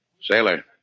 Sailor